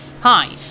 Hi